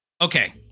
Okay